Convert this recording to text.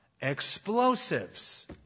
explosives